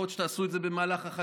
יכול להיות שתעשו את זה במהלך החקיקה.